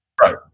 right